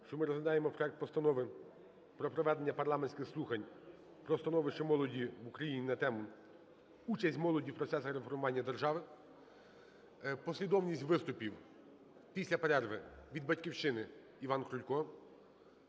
що ми розглядаємо проект Постанови про проведення парламентських слухань про становище молоді в Україні на тему: "Участь молоді в процесах реформування держави". Послідовність виступів після перерви. Від "Батьківщини" Іван Крулько.